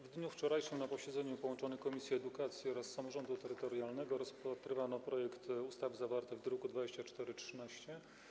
W dniu wczorajszym, na posiedzeniu połączonych komisji: edukacji oraz samorządu terytorialnego, rozpatrywano projekt ustawy zawarty w druku nr 2413.